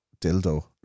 dildo